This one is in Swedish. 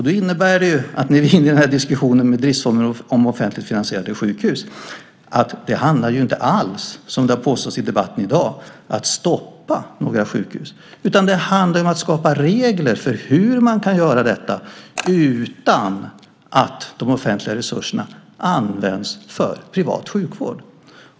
Det innebär - och nu är diskussionen inne på driftsformen offentligt finansierade sjukhus - att det inte alls handlar om att stoppa några sjukhus, som det påståtts i debatten i dag, utan det handlar om att skapa regler för hur detta kan genomföras utan att de offentliga resurserna används för privat sjukvård.